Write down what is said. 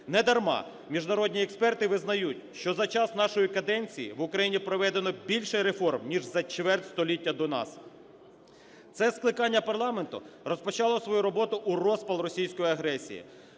Недарма міжнародні експерти визнають, що за час нашої каденції в Україні проведено більше реформ, ніж за чверть століття до нас. Це скликання парламенту розпочало свою роботу у розпал російської агресії.